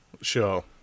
Sure